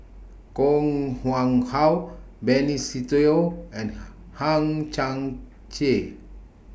Koh Nguang How Benny Se Teo and Hang Chang Chieh